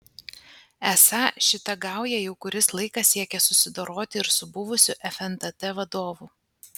esą šita gauja jau kuris laikas siekia susidoroti ir su buvusiu fntt vadovu